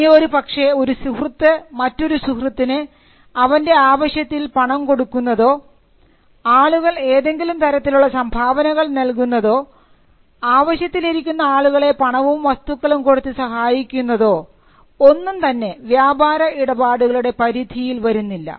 ഇനി ഒരു പക്ഷേ ഒരു സുഹൃത്ത് മറ്റൊരു സുഹൃത്തിന് അവൻറെ ആവശ്യത്തിൽ പണം കൊടുക്കുന്നതോ ആളുകൾ ഏതെങ്കിലും തരത്തിലുള്ള സംഭാവനകൾ നൽകുന്നതോ ആവശ്യത്തിൽ ഇരിക്കുന്ന ആളുകളെ പണവും വസ്തുക്കളും കൊടുത്ത് സഹായിക്കുന്നതോ ഒന്നും തന്നെ വ്യാപാര ഇടപാടുകളുടെ പരിധിയിൽ വരുന്നില്ല